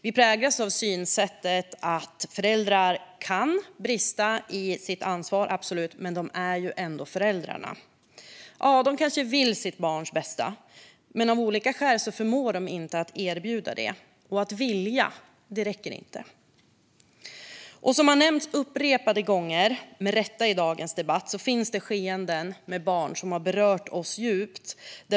Vi präglas av synsättet att föräldrar absolut kan brista i sitt ansvar, men de är ju ändå barnets föräldrar. Ja, de kanske vill sitt barns bästa, men av olika skäl förmår de inte att erbjuda det. Att vilja räcker inte. Upprepade gånger i dagens debatt har med rätta nämnts att det finns skeenden med barn som har berört oss djupt.